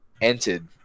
entered